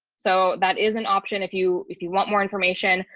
so that is an option if you if you want more information.